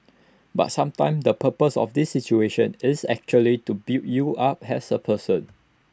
but sometimes the purpose of these situations is actually to build you up as A person